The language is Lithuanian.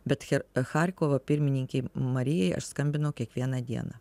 bet charkovo pirmininkei marijai aš skambinau kiekvieną dieną